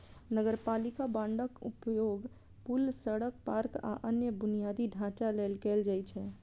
नगरपालिका बांडक उपयोग पुल, सड़क, पार्क, आ अन्य बुनियादी ढांचा लेल कैल जाइ छै